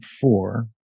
four